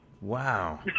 Wow